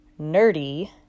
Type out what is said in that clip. nerdy